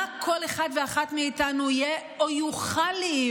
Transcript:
מה כל אחד ואחת מאיתנו יהיה או יוכל להיות,